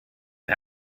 you